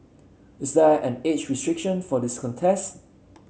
is there an age restriction for this contest